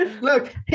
Look